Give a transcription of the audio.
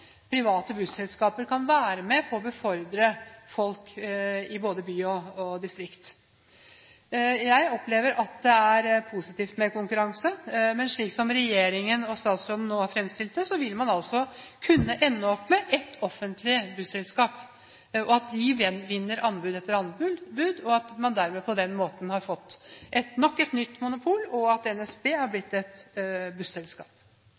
private busselskaper kan være med på å befordre folk i både by og distrikt. Jeg opplever at det er positivt med konkurranse, men slik som regjeringen og statsråden nå har fremstilt det, vil man altså kunne ende opp med ett offentlig busselskap, at de vinner anbud etter anbud, og at man derved har fått nok et nytt monopol, og at NSB har blitt et busselskap.